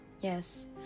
Yes